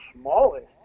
smallest